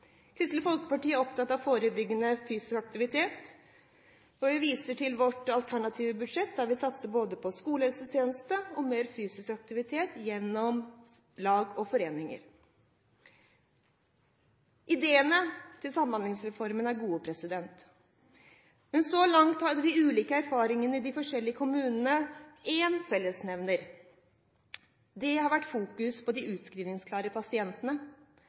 Kristelig Folkeparti er opptatt av forebyggende fysisk aktivitet, og jeg viser til vårt alternative budsjett der vi satser på både skolehelsetjeneste og mer fysisk aktivitet gjennom lag og foreninger. Ideene til Samhandlingsreformen er gode. Men så langt har de ulike erfaringene i de forskjellige kommunene én fellesnevner, og det har vært fokus på de utskrivingsklare pasientene,